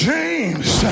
James